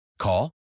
Call